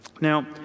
Now